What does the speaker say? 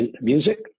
music